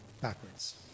backwards